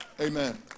Amen